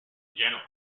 general